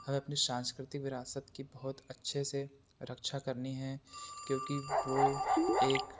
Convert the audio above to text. हमें अपनी सांस्कृतिक विरासत की बहुत अच्छे से रक्षा करनी है क्योंकि वह एक